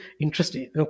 interesting